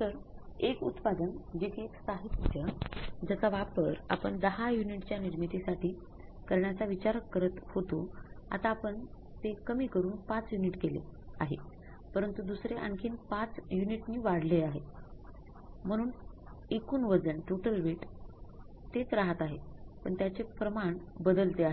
तर एक उत्पादन जे कि एक साहित्य ज्याचा वापर आपण १० युनिटच्या निर्मितीसाठी करण्याचा विचार करत होतो आता आपण ते कमी करून ५ युनिट केले आहे परंतु दुसरे आणखीन ५ युनीटनी वाढले आहे म्हणून एकूण वजन वेगळे